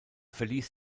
verließ